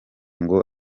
ngo